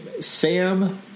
Sam